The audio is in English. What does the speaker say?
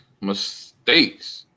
mistakes